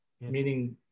meaning